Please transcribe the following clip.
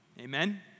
Amen